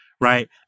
right